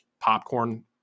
popcorn